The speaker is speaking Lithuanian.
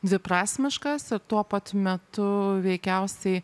dviprasmiškas ir tuo pat metu veikiausiai